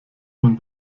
man